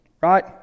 right